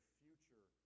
future